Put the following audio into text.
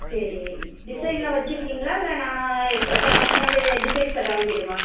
சரி டிசைன்லாம் வச்சுருக்கீங்களா இல்லை நான் க என்னோடய டிசைன்ஸ்ஸை காமிக்கட்டுமா